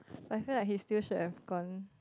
I feel like he still should have gone